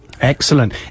excellent